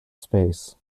space